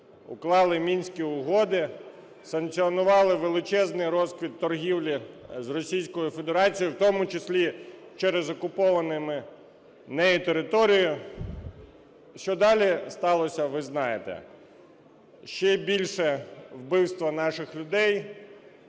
уклали Мінські угоди, санкціонували величезний розквіт торгівлі з Російською Федерацією, у тому числі через окуповані нею території. Що далі сталося, ви знаєте. Ще більше вбивств наших людей,